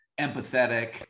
empathetic